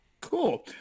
Cool